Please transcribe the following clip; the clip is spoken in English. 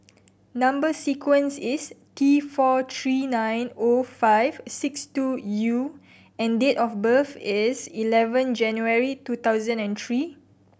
number sequence is T four three nine zero five six two U and date of birth is eleven January two thousand and three